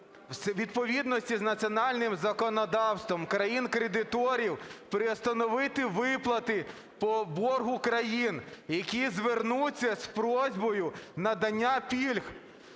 відповідності з національним законодавством країн-кредиторів призупинити виплати по боргу країн, які звернуться з проханням надання пільг.